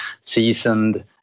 seasoned